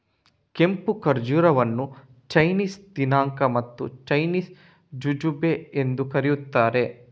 ಕೆಂಪು ಖರ್ಜೂರವನ್ನು ಚೈನೀಸ್ ದಿನಾಂಕ ಮತ್ತು ಚೈನೀಸ್ ಜುಜುಬೆ ಎಂದೂ ಕರೆಯುತ್ತಾರೆ